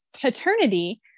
paternity